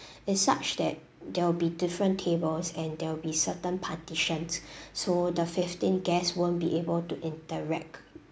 is such that they will be different tables and they will be certain partitions so the fifteen guests won't be able to interact